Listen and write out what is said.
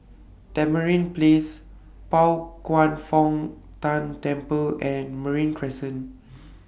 Tamarind Place Pao Kwan Foh Tang Temple and Marine Crescent